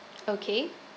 okay